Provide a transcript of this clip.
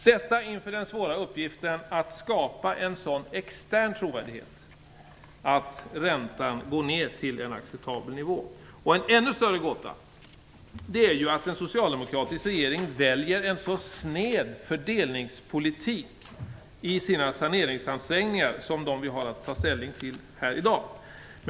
Detta gör man inför den svåra uppgiften att skapa en sådan extern trovärdighet att räntan går ned till en acceptabel nivå. En ännu större gåta är att en socialdemokratisk regering väljer en så snäv fördelningspolitik i de saneringsansträngningar vi har att ta ställning till här i dag.